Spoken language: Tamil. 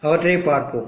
அவற்றை பார்ப்போம்